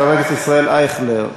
חבר הכנסת ישראל אייכלר,